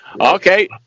Okay